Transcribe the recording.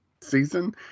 season